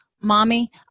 mommy